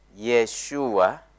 Yeshua